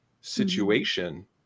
situation